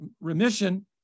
remission